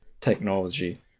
technology